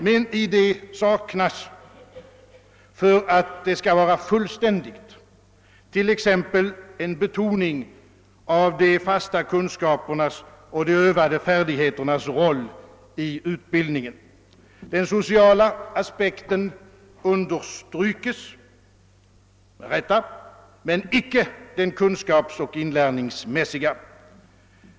Men för att det skall vara fullständigt saknas t.ex. en betoning av de fasta kunskapernas och de övade färdigheternas roll i utbildningen. Den sociala aspekten understrykes — med rätta — men icke den kunskapsoch inlärningsmässiga.